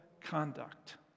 conduct